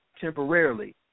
temporarily